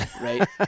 Right